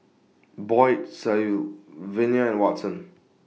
Boyd Sylvania William Watson